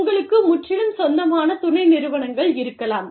உங்களுக்கு முற்றிலும் சொந்தமான துணை நிறுவனங்கள் இருக்கலாம்